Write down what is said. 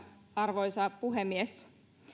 arvoisa puhemies